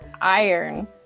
iron